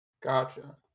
Gotcha